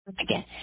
Again